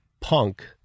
punk